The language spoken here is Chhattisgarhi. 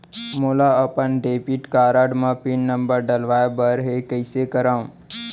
मोला अपन डेबिट कारड म पिन नंबर डलवाय बर हे कइसे करव?